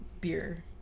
beer